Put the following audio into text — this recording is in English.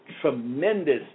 tremendous